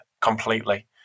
completely